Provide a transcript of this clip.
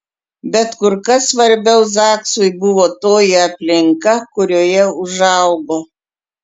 bet kur kas svarbiau zaksui buvo toji aplinka kurioje užaugo